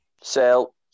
Sell